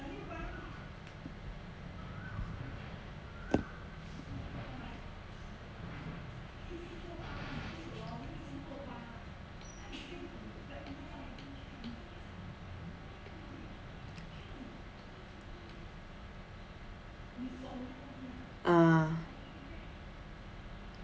ah